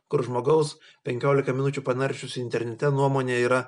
kur žmogaus penkiolika minučių panaršius internete nuomonė yra